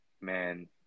man